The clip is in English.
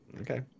Okay